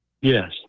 Yes